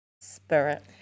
spirit